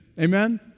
Amen